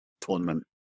tournament